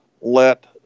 let